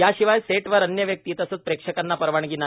याशिवाय सेटवर अन्य व्यक्ती तसंच प्रेक्षकांना परवानगी नाही